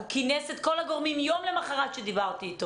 הוא כינס את כל הגורמים יום למחרת השיחה בינינו.